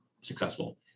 successful